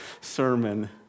sermon